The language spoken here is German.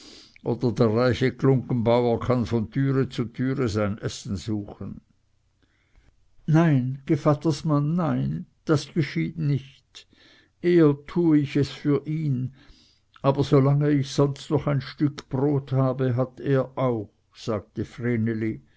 oder der reiche glunggenbauer kann von türe zu türe sein essen suchen nein gevattersmann nein das geschieht nicht eher tue ich es für ihn aber solange ich sonst noch ein stück brot habe hat er auch sagte